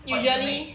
what do you make